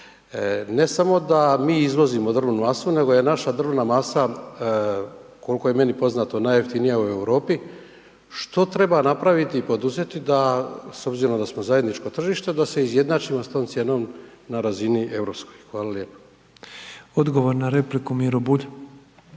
ne samo da mi izvozimo drvnu masu, nego je naša drvna masa, koliko je meni poznato, najjeftinija u Europi, što treba napraviti i poduzeti da s obzirom da smo zajedničko tržište, da se izjednačimo s tom cijenom na razini europskoj? Hvala lijepo. **Petrov, Božo (MOST)** Odgovor na repliku Miro Bulj.